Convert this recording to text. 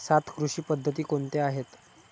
सात कृषी पद्धती कोणत्या आहेत?